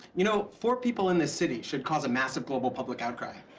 you know, four people in this city should cause a massive global public outcry.